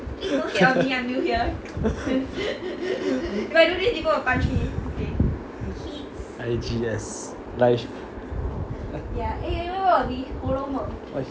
I_G_S live